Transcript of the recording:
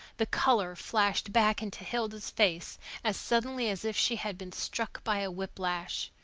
the color flashed back into hilda's face as suddenly as if she had been struck by a whiplash.